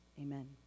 Amen